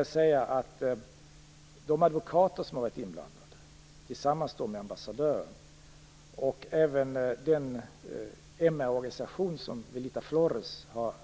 Jag kan säga att de advokater som har blivit inblandade tillsammans med ambassadören och även den hemmaorganisation som Velita Flores har